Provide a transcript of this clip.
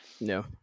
no